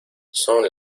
son